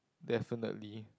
definitely